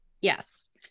Yes